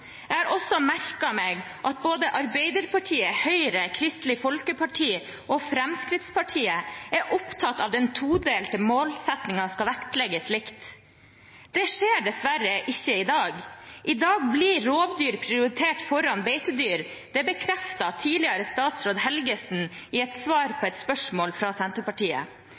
Jeg har også merket meg at både Arbeiderpartiet, Høyre, Kristelig Folkeparti og Fremskrittspartiet er opptatt av at den todelte målsettingen skal vektlegges likt. Det skjer dessverre ikke i dag. I dag blir rovdyr prioritert foran beitedyr. Det bekreftet tidligere statsråd Helgesen i svar på et spørsmål fra Senterpartiet.